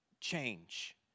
change